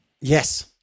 Yes